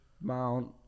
Mount